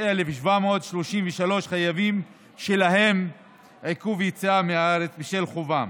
ו-245,733 חייבים שלהם עיכוב יציאה מהארץ בשל חובם.